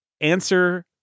Answer